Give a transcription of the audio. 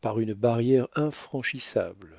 par une barrière infranchissable